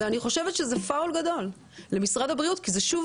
אני חושבת שזה חסר למשרד הבריאות כי זה שוב